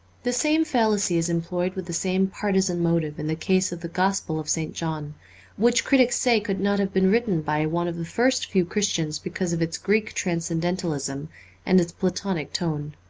the same fallacy is employed with the same partisan motive in the case of the gospel of st. john which critics say could not have been written by one of the first few christians because of its greek transcendentalism and its platonic tone.